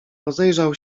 rozejrzał